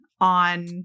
on